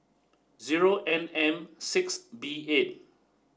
zero N M six B eight